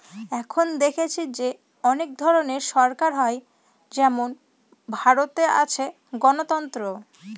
এখন দেখেছি যে অনেক ধরনের সরকার হয় যেমন ভারতে আছে গণতন্ত্র